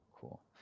Cool